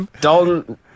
Dalton